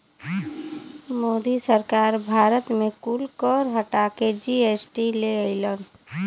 मोदी सरकार भारत मे कुल कर हटा के जी.एस.टी ले अइलन